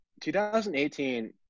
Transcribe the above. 2018